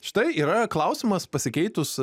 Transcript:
štai yra klausimas pasikeitus